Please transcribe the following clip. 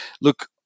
look